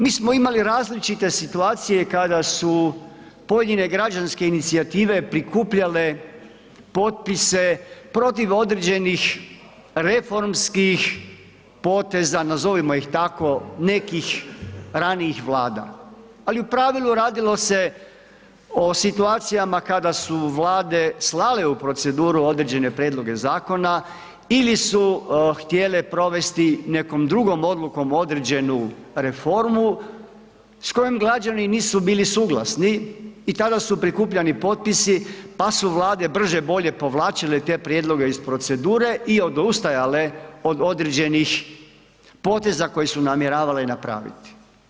Mi smo imali različite situacije kada su pojedine građanske inicijative prikupljale potpise protiv određenih reformskih poteza, nazovimo ih tako, nekih ranijih Vlada, ali u pravilu radilo se o situacijama kada su Vlade slale u proceduru određene prijedloge zakona ili su htjele provesti nekom drugom odlukom određenu reformu s kojom građani nisu bili suglasni i tada su prikupljani potpisi, pa su Vlade brže bolje povlačile te prijedloge iz procedure i odustajale od određenih poteza koje su namjeravale napraviti.